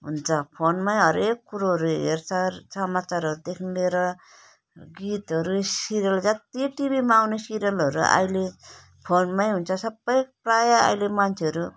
हुन्छ फोनमा हरेक कुरोहरू हेर्छ समाचारहरूदेखि लिएर गीतहरू सिरियल जत्ति टिभीमा आउने सिरियलहरू अहिले फोनमै हुन्छ सबै प्रायः अहिले मान्छेहरू